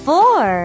Four